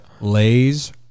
Lay's